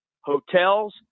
hotels